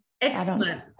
Excellent